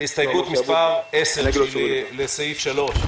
הסתייגות מס' 10, לסעיף 3,